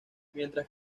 mientras